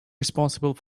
responsible